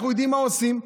אנחנו יודעים מה עושים.